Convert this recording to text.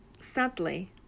sadly